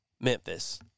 Memphis